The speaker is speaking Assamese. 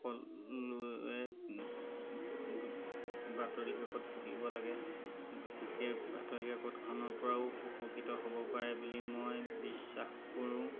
সকলোৱে বাতৰিকাকত পঢ়িব লাগে গতিকে বাতৰি কাকতখনৰ পৰাও উপকৃত হ'ব পাৰে বুলি মই বিশ্বাস কৰোঁ